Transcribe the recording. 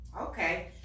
Okay